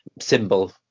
symbol